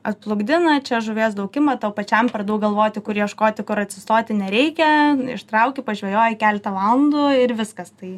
atplukdina čia žuvies daug ima tau pačiam per daug galvoti kur ieškoti kur atsistoti nereikia ištrauki pažvejoji keletą valandų ir viskas tai